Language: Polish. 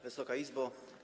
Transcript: Wysoka Izbo!